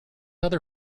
other